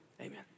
amen